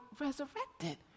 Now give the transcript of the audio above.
resurrected